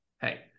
Hey